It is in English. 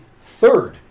third